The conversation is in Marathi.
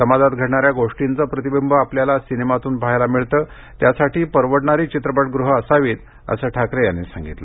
समाजात घडणाऱ्या गोष्टींचे प्रतिबिंब आपल्याला सिनेमातून पहायला मिळते त्यासाठी परवडणारी चित्रपटगृहं असावीत असं ठाकरे यावेळी म्हणाले